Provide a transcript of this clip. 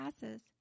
passes